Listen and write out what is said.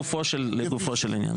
לגופו של עניין.